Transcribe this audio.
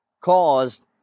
caused